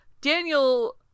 Daniel